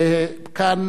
כאן,